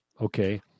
okay